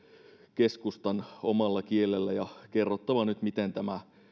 keskustan omalla kielellä ja kerrottava nyt miten tämä